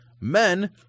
Men